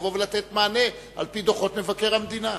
לבוא ולתת מענה על-פי דוחות מבקר המדינה.